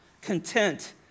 Content